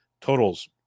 Totals